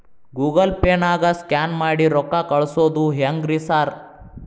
Google ಪೇನಾಗ scan ಮಾಡಿ ರೊಕ್ಕಾ ಕಳ್ಸೊದು ಹೆಂಗ್ರಿ ಸಾರ್?